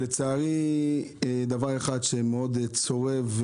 לצערי דבר אחד שמאוד צורב,